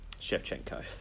Shevchenko